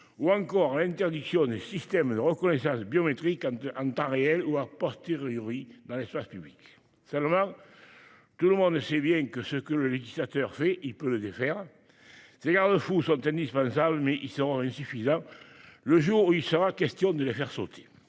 ou encore à l'interdiction des systèmes de reconnaissance biométrique en temps réel ou dans l'espace public. Seulement, tout le monde sait bien que le législateur peut défaire ce qu'il a fait. Ces garde-fous sont certes indispensables, mais ils seront insuffisants le jour où il sera question de les faire sauter.